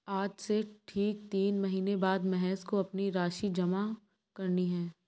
आज से ठीक तीन महीने बाद महेश को अपनी राशि जमा करनी है